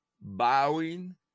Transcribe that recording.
bowing